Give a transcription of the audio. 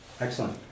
excellent